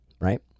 right